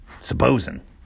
supposing